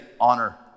honor